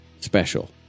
special